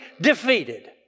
defeated